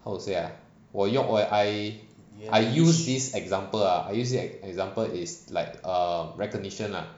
how to say ah 我用 I I I use this example ah I use this example is like a recognition lah